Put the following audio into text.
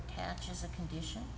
attach as a condition